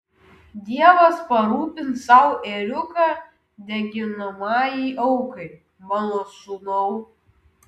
dievas parūpins sau ėriuką deginamajai aukai mano sūnau